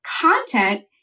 content